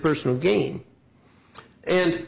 personal game and